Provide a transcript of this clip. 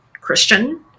Christian